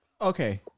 Okay